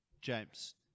James